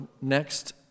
next